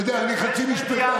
אתה יודע, אני חצי משפטן.